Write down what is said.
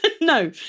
no